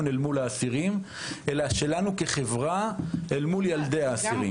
אל מול האסירים אלא שלנו כחברה אל מול האסירים.